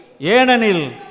Yenanil